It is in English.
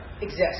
exist